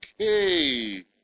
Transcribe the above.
okay